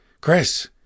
Chris